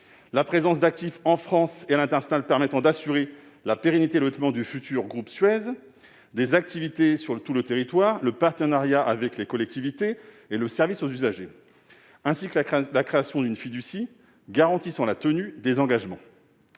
la présence d'actifs en France et à l'international permettant d'assurer la pérennité et le développement du futur groupe Suez ; sur les activités sur tout le territoire, le partenariat avec les collectivités et le service aux usagers ; et enfin, sur la création d'une fiducie garantissant la tenue des engagements.